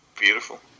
beautiful